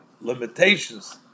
limitations